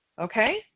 okay